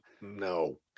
No